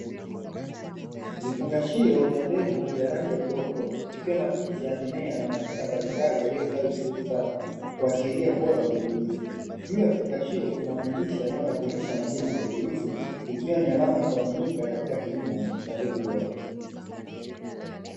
Vifungashio vya mbegu vya rangi ya udongo ,vikiwa na picha ya mimea na matunda mbalimbali yaliyostawi vizuri sana, kuashiria ubora wa mbegu hizo. Juu ya kifungashio kuna maandishi yanayotambulisha majina ya mbegu hizi, ikiwa ni alama ya kuaminika katika kilimo cha mbegu bora.